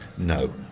No